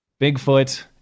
Bigfoot